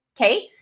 okay